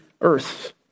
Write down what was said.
earth